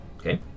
Okay